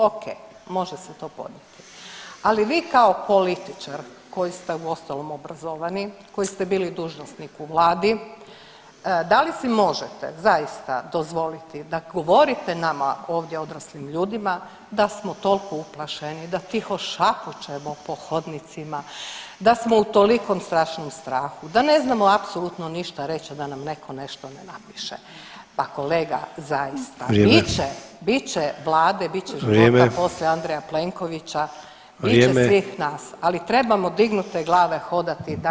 Okej, može se to podnijeti, ali vi kao političar koji ste uostalom obrazovani, koji ste bili dužnosnik u vladi, da li si možete zaista dozvoliti da govorite nama ovdje odraslim ljudima da smo tolko uplašeni, da tiho šapućemo po hodnicima, da smo u tolikom strašnom strahu, da ne znamo apsolutno ništa reć, a da nam neko nešto ne napiše, pa kolega zaista bit će, bit će vlade, bit će života poslije Andreja Plenkovića, bit će svih nas, ali trebamo dignute glave hodati i dalje po ovom svijetu.